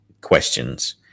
questions